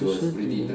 social dilemma